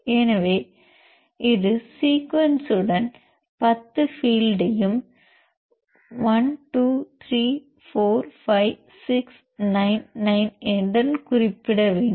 எனவே இது சீக்வென்ஸ்டன் 10 பீல்ட்ஐயும் 1 2 3 4 5 6 9 9 உடன் குறிப்பிடப்பட வேண்டும்